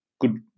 Good